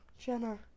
jenna